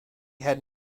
had